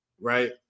right